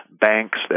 banks